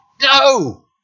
No